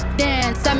dance